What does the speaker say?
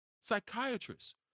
psychiatrists